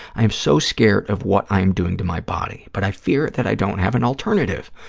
i am so scared of what i am doing to my body, but i fear that i don't have an alternative.